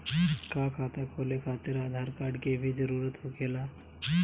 का खाता खोले खातिर आधार कार्ड के भी जरूरत होखेला?